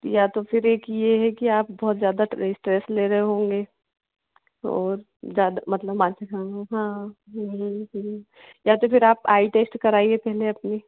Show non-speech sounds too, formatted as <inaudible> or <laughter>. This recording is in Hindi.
तो या तो फिर एक ये है कि आप बहुत ज़्यादा ट्रेस स्ट्रेस ले रहे होंगे और ज़्यादा मतलब <unintelligible> अच्छा हाँ हाँ ज़रूरी करें या तो फिर आप आई टेस्ट कराइए पहले अपनी